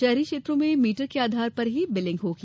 शहरी क्षेत्रों में मीटर के आधार पर ही बिलिंग होगी